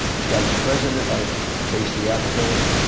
scott is president of pace theatricals.